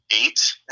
eight